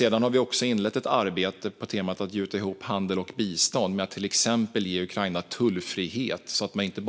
Vi har också inlett ett arbete på temat att gjuta ihop handel och bistånd, till exempel genom att ge Ukraina tullfrihet. Då bekämpar man inte